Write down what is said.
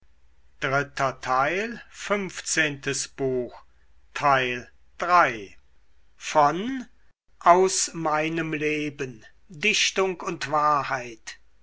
goethe aus meinem leben dichtung und wahrheit